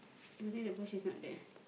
only the bush is not there